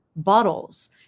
Bottles